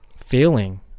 feeling